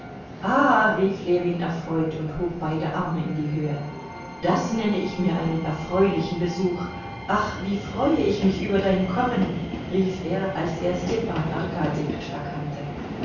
rief ljewin erfreut und hob beide arme in die höhe das nenne ich mir einen erfreulichen besuch ach wie freue ich mich über dein kommen rief er als er stepan arkadjewitsch erkannte